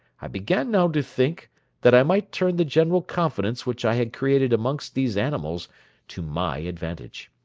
i began now to think that i might turn the general confidence which i had created amongst these animals to my advantage.